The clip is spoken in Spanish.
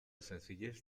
sencillez